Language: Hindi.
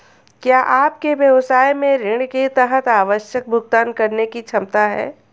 क्या आपके व्यवसाय में ऋण के तहत आवश्यक भुगतान करने की क्षमता है?